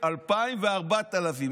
2000 ו-4000.